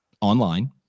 online